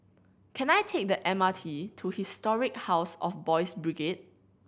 can I take the M R T to Historic House of Boys' Brigade